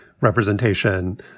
representation